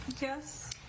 Yes